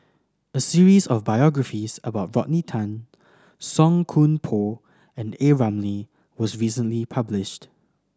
a series of biographies about Rodney Tan Song Koon Poh and A Ramli was recently published